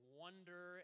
wonder